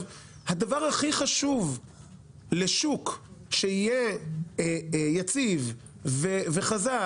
הדבר הכי חשוב לשוק שיהיה יציב וחזק